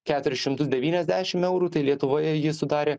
keturis šimtus devyniasdešim eurų tai lietuvoje ji sudarė